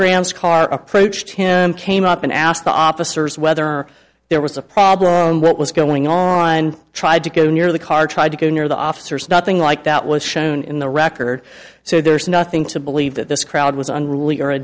grant's car approached him came up and asked the officer is whether there was a problem what was going on and tried to get near the car tried to get near the officers nothing like that was shown in the record so there's nothing to believe that this crowd was unruly or a